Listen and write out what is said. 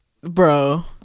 bro